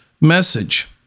message